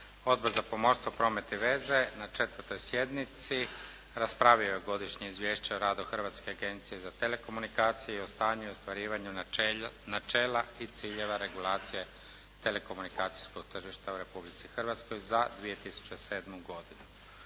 Odbor za pomorstvo, promet i veze na 4. sjednici raspravio je godišnje izvješće o radu Hrvatske agencije za telekomunikacije i o stanju ostvarivanja načela i ciljeva regulacije telekomunikacijskog tržišta u Republici Hrvatskoj za 2007. godinu.